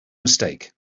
mistake